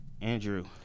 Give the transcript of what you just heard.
Andrew